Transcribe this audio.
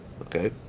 Okay